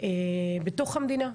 בתוך המדינה,